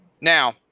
now